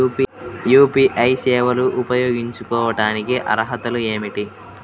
UPI సేవలు ఉపయోగించుకోటానికి అర్హతలు ఏమిటీ?